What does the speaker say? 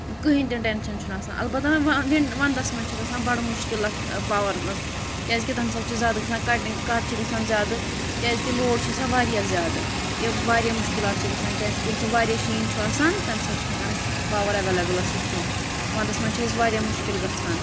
کٕہٕنۍ تہِ ٹیٚنشَن چھُ آسان اَلبَتہَ وَنٛدَس مَنٛز چھُ گژھان بَڑٕ مُشکِل اَتھ پاوَر مَنٛز کیاز کہِ تمہِ ساتہٕ چھُ زیادٕ گَژھان کَٹِنٛگ کَٹ چھُ گَژھان زیادٕ کیاز کہِ لوڑ چھُ آسان واریاہ زیادٕ واریاہ مُشکِلات چھِ گَژھان کیاز کہِ یمہِ ساتہٕ واریاہ شیٖن چھُ آسان تمہِ ساتہٕ چھُنہٕ ہیٚکان أسہِ پاوَر ایٚولیبٕل ٲسِتھ کینٛہہ وَندَس مَنٛز چھِ اَسہِ واریاہ مُشکِل گَژھان